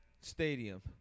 stadium